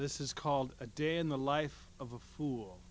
this is called a day in the life of a fool